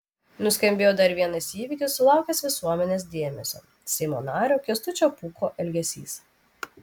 nuskambėjo dar vienas įvykis sulaukęs visuomenės dėmesio seimo nario kęstučio pūko elgesys